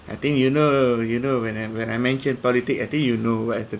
I think you know you know when I when I mention politic I think you know what is the